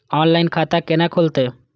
Online खाता केना खुलते?